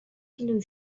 کیلویی